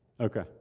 Okay